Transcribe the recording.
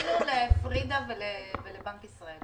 פנינו לפרידה ולבנק ישראל.